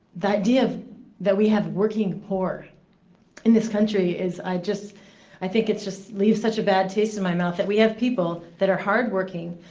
the idea that we have working poor in this country is i just i think it just leaves such a bad taste in my mouth, that we have people that are hardworking,